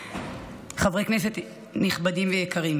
חברי כנסת נכבדים ויקרים,